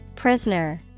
Prisoner